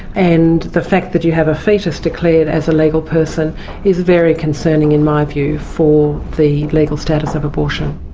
and the fact that you have a foetus declared as a legal person is very concerning in my view for the legal status of abortion.